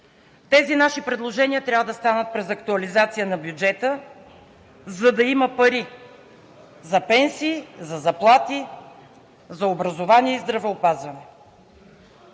Тези наши предложения трябва да станат през актуализацията на бюджета, за да има пари за пенсии, за заплати, за образование и здравеопазване.